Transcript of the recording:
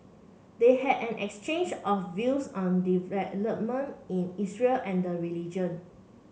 they had an exchange of views on development in Israel and the religion